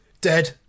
dead